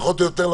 פחות או יותר,